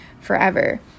forever